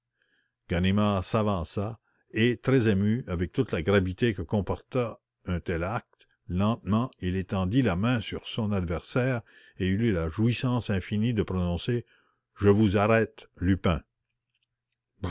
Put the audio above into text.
ganimard s'avança et très ému avec toute la gravité que comportait un tel acte lentement il étendit la main sur son adversaire et il eut la jouissance infinie de prononcer je vous arrête